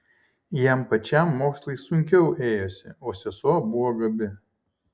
jam pačiam mokslai sunkiau ėjosi o sesuo buvo gabi